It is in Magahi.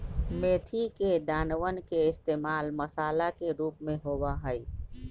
मेथी के दानवन के इश्तेमाल मसाला के रूप में होबा हई